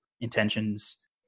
intentions